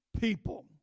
people